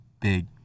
Big